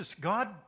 God